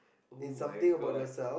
[oh]-my-god